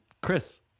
Chris